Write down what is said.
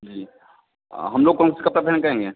जी हम लोग कौन सा कपड़ा पहन कर आएंगे